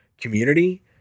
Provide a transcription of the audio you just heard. community